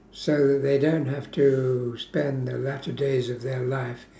so that they don't have to spend the latter days of their life